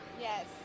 Yes